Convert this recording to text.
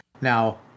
now